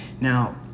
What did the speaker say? Now